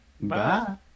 Bye